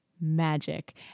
magic